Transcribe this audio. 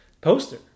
poster